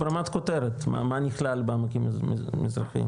ברמת כותרת, מה נכלל בעמקים המזרחיים?